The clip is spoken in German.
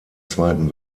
zweiten